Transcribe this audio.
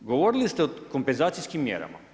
Govorili ste o kompenzacijskim mjerama.